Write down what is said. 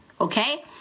Okay